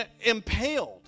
impaled